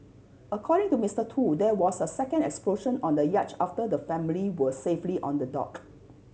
according to Mister Tu there was a second explosion on the yacht after the family were safely on the dock